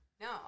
No